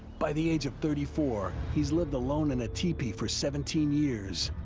by the age of thirty four, he's lived alone in a tepee for seventeen years,